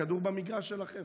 הכדור במגרש שלכם.